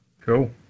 Cool